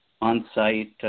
on-site